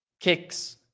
Kicks